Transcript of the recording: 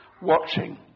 watching